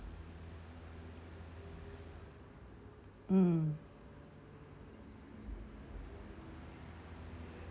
mm